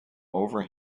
over